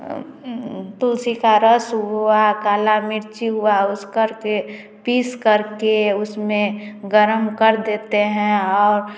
तुलसी का रस हुआ काला मिर्च हुआ उस करके पीस करके उसमें गर्म कर देते हैं और